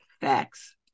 facts